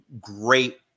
great